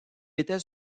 était